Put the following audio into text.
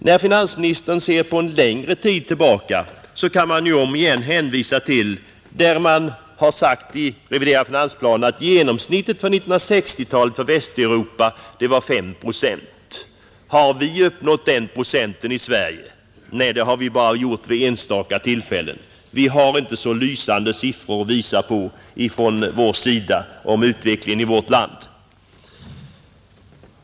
När finansministern ser på en längre tid tillbaka, kan man om igen hänvisa till den reviderade finansplanen, vari sägs att genomsnittet för 1960-talet för Västeuropa var 5 procent. Har vi uppnått den procenten i Sverige? Nej det har vi bara gjort vid enstaka tillfällen. Vi har inte så lysande siffror för utvecklingen i vårt land att visa på.